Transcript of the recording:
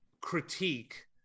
critique